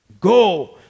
go